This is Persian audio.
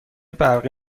برقی